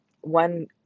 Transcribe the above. one